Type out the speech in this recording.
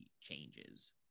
changes